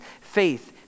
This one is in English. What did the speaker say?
Faith